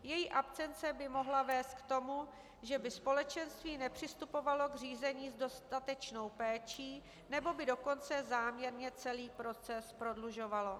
Její absence by mohla vést k tomu, že by společenství nepřistupovalo k řízení s dostatečnou péčí nebo by dokonce záměrně celý proces prodlužovalo.